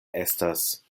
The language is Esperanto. estas